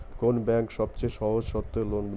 কোন ব্যাংক সবচেয়ে সহজ শর্তে লোন দেয়?